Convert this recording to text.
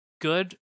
good